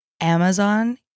Amazon